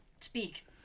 speak